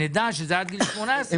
כשנדע שזה עד גיל 18 --- זה רשות המיסים.